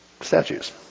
statues